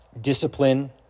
discipline